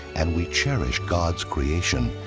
and we cherish god's creation,